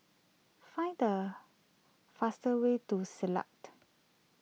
find the faster way to say lapt